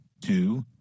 two